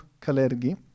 Kalergi